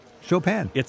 Chopin